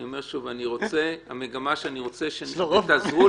אני אומר שוב: המגמה היא שאני רוצה שתעזרו